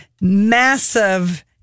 massive